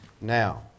now